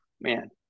Man